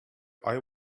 eye